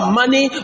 money